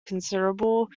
considerable